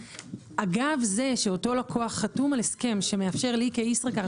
אגב זה שאותו לקוח חתום על הסכם שמאפשר לי כישראכרט